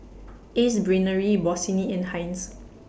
Ace Brainery Bossini and Heinz